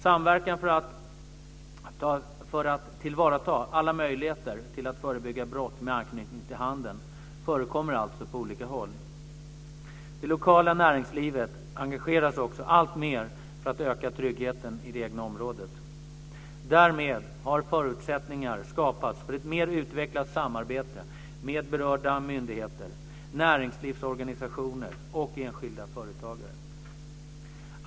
Samverkan för att tillvarata alla möjligheter att förebygga brott med anknytning till handeln förekommer alltså på olika håll. Det lokala näringslivet engageras också alltmer för att öka tryggheten i det egna området. Därmed har förutsättningar skapats för ett mer utvecklat samarbete med berörda myndigheter, näringslivsorganisationer och enskilda företagare.